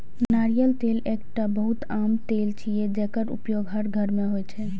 नारियल तेल एकटा बहुत आम तेल छियै, जेकर उपयोग हर घर मे होइ छै